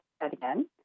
again